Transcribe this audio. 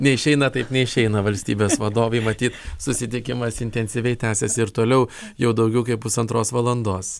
neišeina taip neišeina valstybės vadovai matyt susitikimas intensyviai tęsiasi ir toliau jau daugiau kaip pusantros valandos